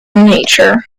nature